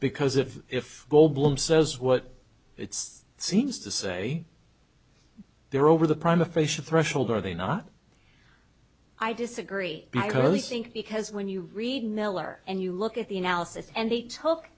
because if if goldblum says what it's seems to say they're over the prime official threshold are they not i disagree i really think because when you read miller and you look at the analysis and they took